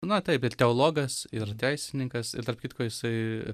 na taip ir teologas ir teisininkas ir tarp kitko jisai